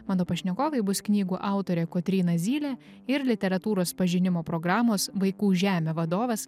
mano pašnekovai bus knygų autorė kotryna zylė ir literatūros pažinimo programos vaikų žemė vadovas